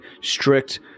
strict